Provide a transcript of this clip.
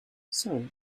sorry